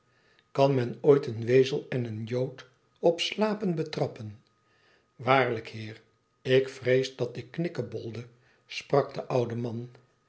kan men ooit eene wezel en een jood op slapen betrappen waarlijk heer ik vrees dat ik knikkebolde sprak de oude man